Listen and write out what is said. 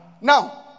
Now